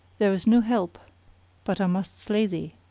there is no help but i must slay thee.